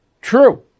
True